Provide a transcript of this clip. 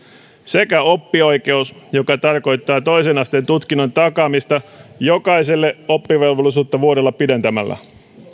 sekä oppioikeus joka tarkoittaa toisen asteen tutkinnon takaamista jokaiselle pidentämällä oppivelvollisuutta vuodella